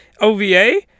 OVA